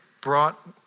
brought